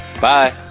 Bye